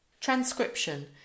Transcription